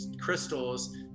crystals